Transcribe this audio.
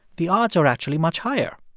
the odds are actually much higher.